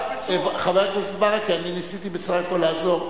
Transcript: חבר הכנסת ברכה, אני ניסיתי בסך הכול לעזור.